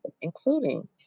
including